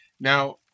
Now